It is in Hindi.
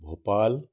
भोपाल